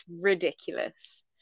ridiculous